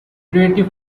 creative